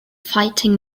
fighting